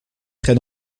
très